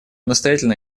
настоятельно